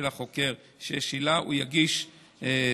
ואני חושב שלגיטימי,